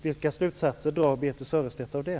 Vilka slutsatser drar Birthe Sörestedt av det?